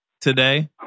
today